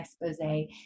expose